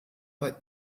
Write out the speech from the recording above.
bei